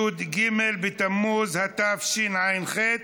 י"ג בתמוז התשע"ח,